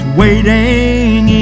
waiting